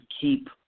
keep